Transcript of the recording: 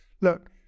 look